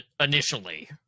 initially